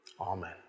Amen